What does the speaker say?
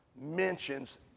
mentions